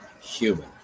human